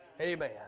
Amen